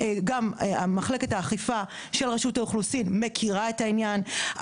מחלקת האכיפה של רשות האוכלוסין מכירה את העניין,